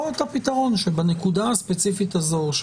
יכול להיות הפתרון שבנקודה הספציפית הזאת של